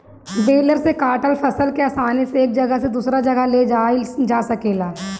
baler से काटल फसल के आसानी से एक जगह से दूसरे जगह ले जाइल जा सकेला